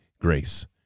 grace